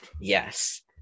Yes